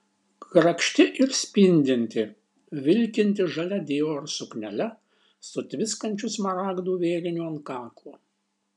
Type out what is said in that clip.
grakšti ir spindinti vilkinti žalia dior suknele su tviskančiu smaragdų vėriniu ant kaklo